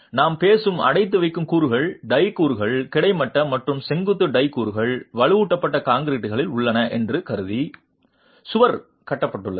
நாம் பேசும் அடைத்து வைக்கும் கூறுகள் டை கூறுகள் கிடைமட்ட மற்றும் செங்குத்து டை கூறுகள் வலுவூட்டப்பட்ட கான்கிரீட்டில் உள்ளன என்று கருதி சுவர் கட்டப்பட்டுள்ளது